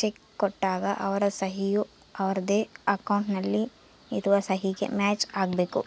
check ಕೊಟ್ಟಾಗ ಅವರ ಸಹಿ ಯು ಅವರದ್ದೇ ಅಕೌಂಟ್ ನಲ್ಲಿ ಇರುವ ಸಹಿಗೆ ಮ್ಯಾಚ್ ಆಗಬೇಕು